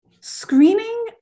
Screening